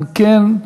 אם כן,